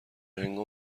هنگام